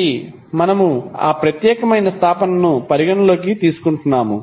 కాబట్టి మనము ఆ ప్రత్యేకమైన స్థాపనను పరిగణనలోకి తీసుకుంటున్నాము